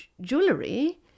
jewelry